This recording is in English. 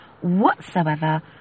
whatsoever